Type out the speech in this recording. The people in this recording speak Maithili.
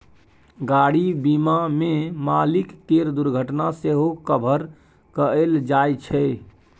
गाड़ी बीमा मे मालिक केर दुर्घटना सेहो कभर कएल जाइ छै